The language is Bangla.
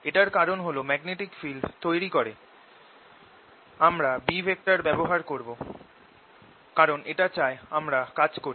এটার কারণ হল ম্যাগনেটিক ফিল্ড তৈরি করে আমরা B ব্যবহার করব কারণ এটা চায় আমরা কাজ করি